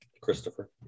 Christopher